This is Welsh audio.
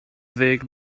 ddeg